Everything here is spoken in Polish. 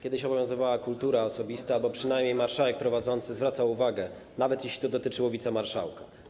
Kiedyś obowiązywała kultura osobista albo przynajmniej marszałek prowadzący zwracał uwagę, nawet jeśli to dotyczyło wicemarszałka.